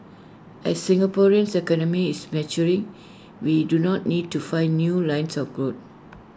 as Singaporeans economy is maturing we do not need to find new lines of growth